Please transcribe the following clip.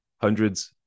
hundreds